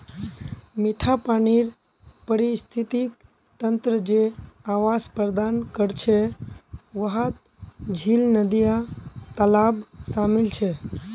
मिठा पानीर पारिस्थितिक तंत्र जे आवास प्रदान करछे वहात झील, नदिया, तालाब शामिल छे